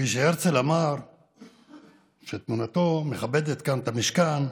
כפי שהרצל, שתמונתו מכבדת כאן את המשכן,